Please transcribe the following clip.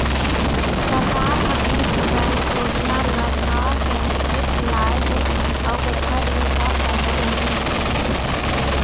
सरकार ह बीज बैंक योजना ल का सोचके लाए हे अउ एखर ले का फायदा होही?